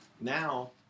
Now